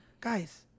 Guys